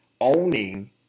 owning